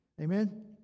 amen